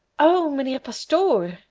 oh, mynheer pastoor,